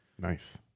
nice